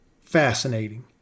Fascinating